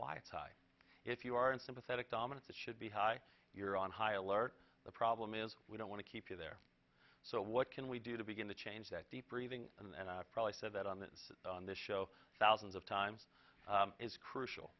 high if you are unsympathetic dominant it should be hi you're on high alert the problem is we don't want to keep you there so what can we do to begin to change that deep breathing and i've probably said that on this on this show thousands of times is crucial